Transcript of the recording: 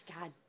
God